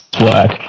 work